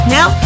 Now